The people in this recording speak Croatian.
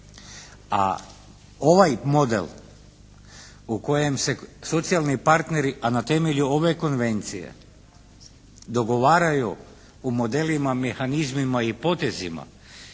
A ovaj model u kojem se socijalni partneri, a na temelju ove konvencije dogovaraju o modelima, mehanizmima i potezima